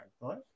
Right